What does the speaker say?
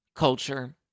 Culture